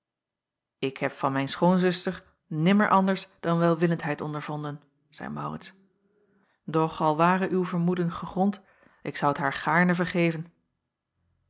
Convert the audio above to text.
ik heb van mijn schoonzuster nimmer anders dan welwillendheid ondervonden zeî maurits doch al ware uw vermoeden gegrond ik zou t haar gaarne vergeven